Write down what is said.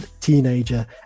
teenager